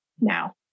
now